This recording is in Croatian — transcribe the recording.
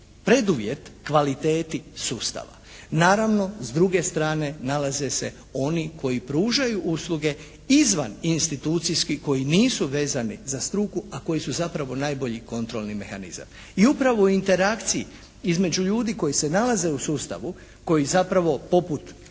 preduvjet kvaliteti sustava. Naravno, s druge strane nalaze se oni koji pružaju usluge izvan institucijski koji nisu vezani za struku, a koji su zapravo najbolji kontrolni mehanizam. I upravo u interakciji između ljudi koji se nalaze u sustavu, koji zapravo poput dakle